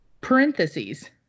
parentheses